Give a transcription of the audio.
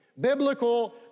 Biblical